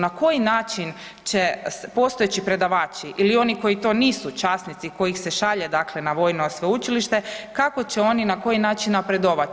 Na koji način će postojeći predavači ili oni koji to nisu časnici kojih se šalje, dakle na vojno sveučilište, kako će oni, na koji način napredovati?